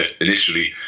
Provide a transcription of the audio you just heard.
initially